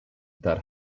that